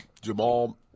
Jamal